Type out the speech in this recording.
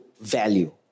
value